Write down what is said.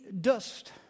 dust